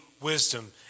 Wisdom